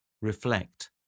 reflect